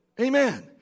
Amen